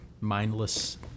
mindless